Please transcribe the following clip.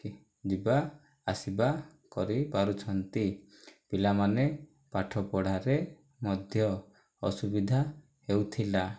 କି ଯିବାଆସିବା କରିପାରୁଛନ୍ତି ପିଲାମାନେ ପାଠପଢ଼ାରେ ମଧ୍ୟ ଅସୁବିଧା ହେଉଥିଲା